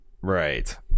Right